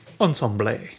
ensemble